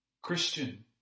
Christian